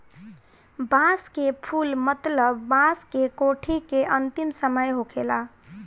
बांस के फुल मतलब बांस के कोठी के अंतिम समय होखेला